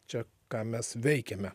čia ką mes veikiame